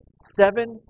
seven